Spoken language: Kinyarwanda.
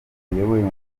yoweri